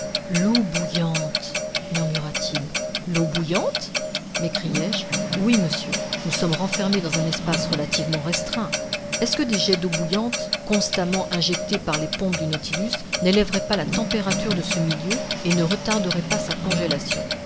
l'eau bouillante murmura-t-il l'eau bouillante m'écriai-je oui monsieur nous sommes renfermés dans un espace relativement restreint est-ce que des jets d'eau bouillante constamment injectée par les pompes du nautilus n'élèveraient pas la température de ce milieu et ne retarderaient pas sa congélation